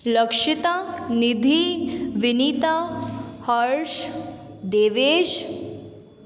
Lakshita Nidhi Vinita Harsh Devesh